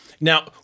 Now